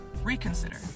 reconsider